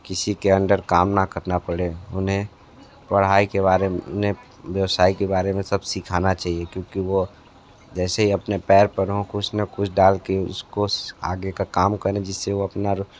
किसी के अंडर काम न करना पड़े उन्हें पढ़ाई के बारे में व्यवसाय के बारे मे सब कुछ सिखाना चाहिए क्योंकि जैसे ही वो अपने पैर पर हों कुछ न कुछ डाल के उसको आगे का काम करें जिससे वो अपना